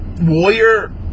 Warrior